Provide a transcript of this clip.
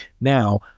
now